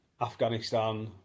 Afghanistan